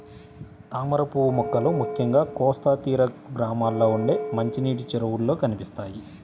తామరపువ్వు మొక్కలు ముఖ్యంగా కోస్తా తీర గ్రామాల్లో ఉండే మంచినీటి చెరువుల్లో కనిపిస్తాయి